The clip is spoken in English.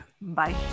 Bye